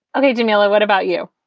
ok, jamila, what about you?